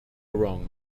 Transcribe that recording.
wrong